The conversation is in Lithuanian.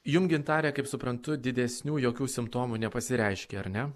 jum gintare kaip suprantu didesnių jokių simptomų nepasireiškė ar ne